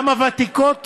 גם הוותיקות